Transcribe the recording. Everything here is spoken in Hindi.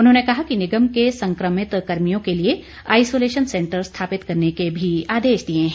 उन्होंने कहा कि निगम के संक्रमित कर्मियों के लिए आईसोलेशन सेंटर स्थापित करने के भी आदेश दिए हैं